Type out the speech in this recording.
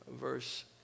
Verse